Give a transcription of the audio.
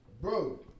Bro